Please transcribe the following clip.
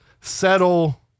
settle